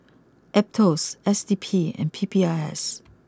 Aetos S D P and P P I S